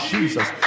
Jesus